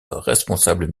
responsable